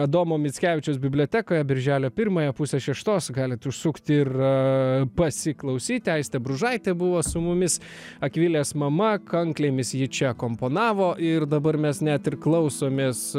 adomo mickevičiaus bibliotekoje birželio pirmąją pusę šeštos galit užsukti ir pasiklausyti aistė bružaitė buvo su mumis akvilės mama kanklėmis ji čia komponavo ir dabar mes net ir klausomės